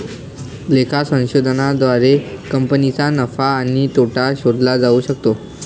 लेखा संशोधनाद्वारे कंपनीचा नफा आणि तोटा शोधला जाऊ शकतो